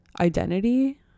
identity